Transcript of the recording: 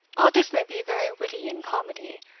all dis may be very witty and comedy,